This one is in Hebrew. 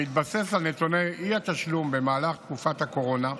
המתבסס על נתוני האי-תשלום במהלך תקופת הקורונה,